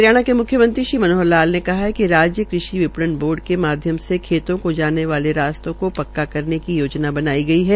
हरियाणा के म्ख्यमंत्री श्री मनोहर लाल ने कहा है कि राज्य कृषि विपणन बोर्ड के माध्यम से खेतों को जाने वाले रास्तों को पक्का करने की योजना बनाई है